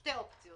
משתי אופציות